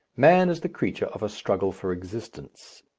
man is the creature of a struggle for existence,